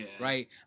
right